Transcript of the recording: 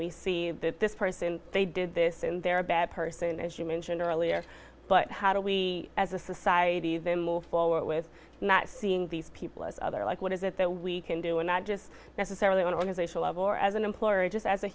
see this person they did this and they're a bad person as you mentioned earlier but how do we as a society then move forward with not seeing these people as other like what is it that we can do and not just necessarily organizational level or as an employer just as a